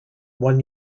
one